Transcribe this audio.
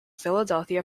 philadelphia